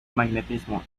magnetismo